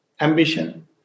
ambition